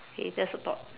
okay that's about